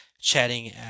chatting